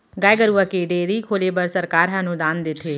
गाय गरूवा के डेयरी खोले बर सरकार ह अनुदान देथे